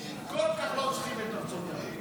כל כך לא צריכים את ארצות הברית.